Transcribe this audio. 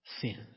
sins